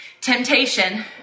temptation